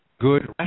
good